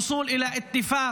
ממשלה שלא שייכת לפלגים,